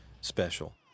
special